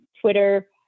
Twitter